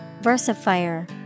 Versifier